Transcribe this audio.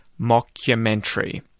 mockumentary